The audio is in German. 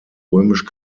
römisch